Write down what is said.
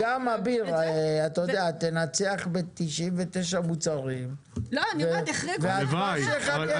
אביר, תנצח ב-99 מוצרים, הדבש יחכה.